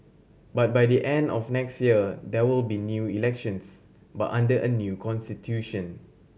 but by the end of next year there will be new elections but under a new constitution